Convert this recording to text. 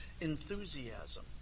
enthusiasm